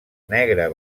negre